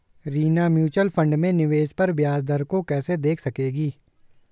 Reena mutual fund में निवेश पर ब्याज दर को कैसे देख सकेगी?